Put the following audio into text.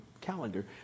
calendar